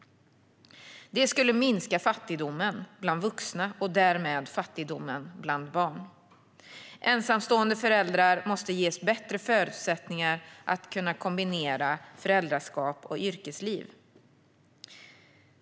Det skulle minska fattigdomen bland vuxna och därmed fattigdomen bland barn. Ensamstående föräldrar måste ges bättre förutsättningar att kombinera föräldraskap och yrkesliv.